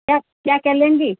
क्या क्या क्या लेंगी